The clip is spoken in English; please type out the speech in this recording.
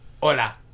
Hola